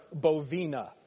Bovina